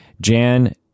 Jan